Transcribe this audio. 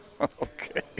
Okay